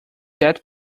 that